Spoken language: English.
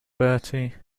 bertie